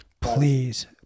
Please